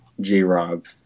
J-Rob